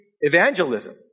evangelism